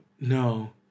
no